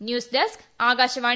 news desk Akashvani